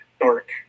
dark